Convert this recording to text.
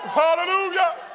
hallelujah